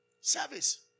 Service